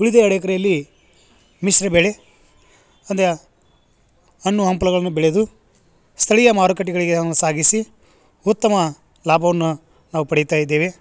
ಉಳಿದ ಎರಡು ಎಕ್ಕರೆಯಲ್ಲಿ ಮಿಶ್ರ ಬೆಳೆ ಒಂದು ಹಣ್ಣು ಹಂಪಲುಗಳನ್ನು ಬೆಳೆದು ಸ್ಥಳೀಯ ಮಾರುಕಟ್ಟೆಗಳಿಗೆ ಅವನು ಸಾಗಿಸಿ ಉತ್ತಮ ಲಾಭವನ್ನ ನಾವು ಪಡೀತಾ ಇದ್ದೇವೆ